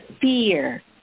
fear